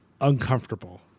uncomfortable